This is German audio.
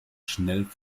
schnell